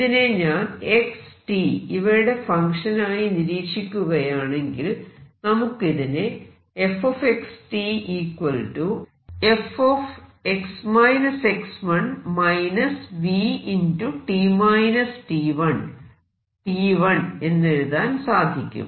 ഇതിനെ ഞാൻ x t ഇവയുടെ ഫങ്ക്ഷൻ ആയി നിരീക്ഷിക്കുകയാണെങ്കിൽ നമുക്ക് ഇതിനെ എന്നെഴുതാൻ സാധിക്കും